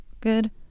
good